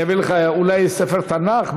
אני אביא לך אולי ספר תנ"ך?